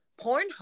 Pornhub